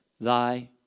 thy